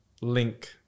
link